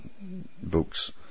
books